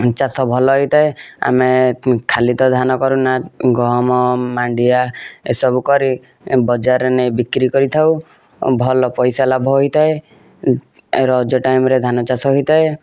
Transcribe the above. ଚାଷ ଭଲ ହେଇଥାଏ ଆମେ ଖାଲି ତ ଧାନ କରୁନା ଗହମ ମାଣ୍ଡିଆ ଏ ସବୁ କରି ବଜାରରେ ନେଇ ବିକ୍ରି କରିଥାଉ ଆଉ ଭଲ ପଇସା ଲାଭ ହୋଇଥାଏ ରଜ ଟାଇମରେ ଧାନ ଚାଷ ହୋଇଥାଏ